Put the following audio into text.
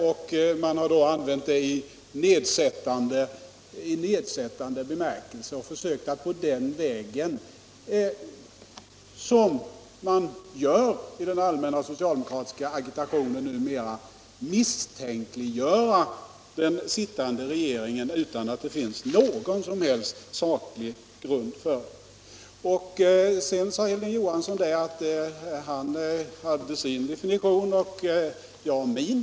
Det har då använts i nedsättande bemärkelse och man har försökt att på den vägen — som man gör i den allmänna socialdemokratiska agitationen numera — misstänkliggöra den sittande regeringen utan att det finns någon som helst saklig grund för detta. Sedan sade Hilding Johansson att han hade sin definition och jag har min.